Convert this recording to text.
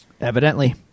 evidently